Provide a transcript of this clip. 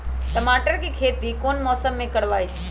टमाटर की खेती कौन मौसम में करवाई?